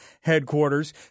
headquarters